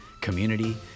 community